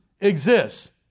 exists